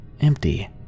empty